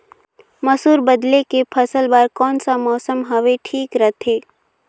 मसुर बदले के फसल बार कोन सा मौसम हवे ठीक रथे?